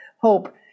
hope